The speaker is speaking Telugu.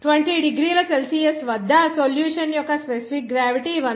20 డిగ్రీల సెల్సియస్ వద్ద సొల్యూషన్ యొక్క స్పెసిఫిక్ గ్రావిటీ 1